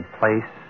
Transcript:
place